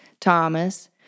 Thomas